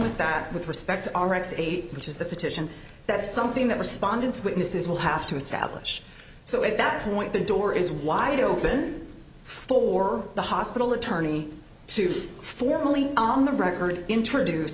with that with respect to our x eight which is the petition that something that respondents witnesses will have to establish so at that point the door is wide open for the hospital attorney to formally on the record introduce